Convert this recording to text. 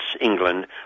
England